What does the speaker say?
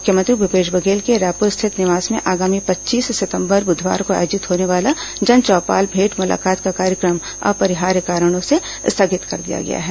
मुख्यमंत्री भूपेश बघेल के रायपुर स्थित निवास में आगामी पच्चीस सितंबर बुधवार को आयोजित होने वाला जनचौपाल भेंट मुलाकात का कार्यक्रम अपरिहार्य कारणों से स्थगित कर दिया गया है